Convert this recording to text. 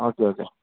okay okay